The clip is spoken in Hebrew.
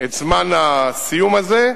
את זמן הסיום של זה,